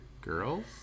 girls